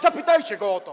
Zapytajcie go o to.